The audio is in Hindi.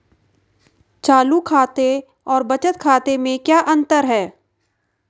चालू खाते और बचत खाते में क्या अंतर है?